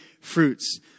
fruits